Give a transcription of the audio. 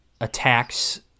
attacks